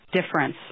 difference